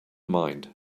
mind